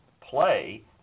play